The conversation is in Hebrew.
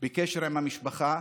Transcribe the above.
בקשר עם המשפחה,